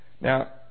Now